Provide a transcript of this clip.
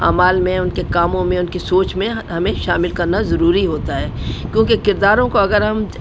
اعمال میں ان کے کاموں میں ان کے سوچ میں ہمیں شامل کرنا ضروری ہوتا ہے کیونکہ کرداروں کو اگر ہم